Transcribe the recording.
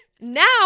Now